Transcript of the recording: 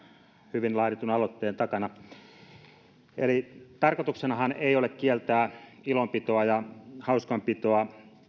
hyvin laaditun aloitteen takana eli tarkoituksenahan ei ole kieltää ilonpitoa ja hauskanpitoa